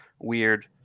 weird